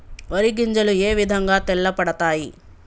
వరి గింజలు ఏ విధంగా తెల్ల పడతాయి?